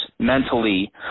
Mentally